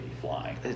flying